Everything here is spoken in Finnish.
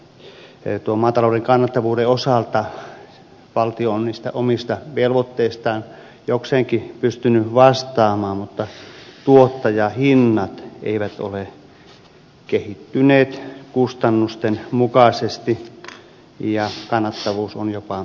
maatalouden kannattavuuden osalta valtio on omista velvoitteistaan jokseenkin pystynyt vastaamaan mutta tuottajahinnat eivät ole kehittyneet kustannusten mukaisesti ja kannattavuus on jopa heikentynyt